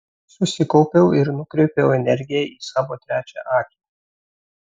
susikaupiau ir nukreipiau energiją į savo trečią akį